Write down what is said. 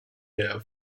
here